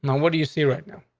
and what do you see right now?